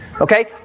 Okay